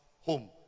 Home